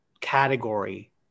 category